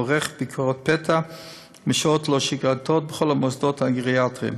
עורך ביקורת פתע בשעות לא שגרתיות בכל המוסדות הגריאטריים.